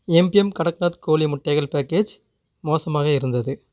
M P M Kadaknath கோழி முட்டைகள் package மோசமாக இருந்தது